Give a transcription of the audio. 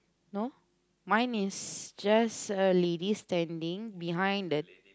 no mine is just a lady standing behind the